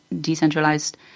decentralized